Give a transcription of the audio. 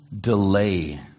delay